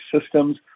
systems